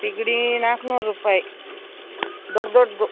ಸಿಗಡಿ ನಾಲ್ಕ್ನೂರು ರೂಪಾಯಿ ದೊಡ್ಡ ದೊಡ್ಡದು